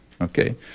okay